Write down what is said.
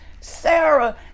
Sarah